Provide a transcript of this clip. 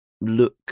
look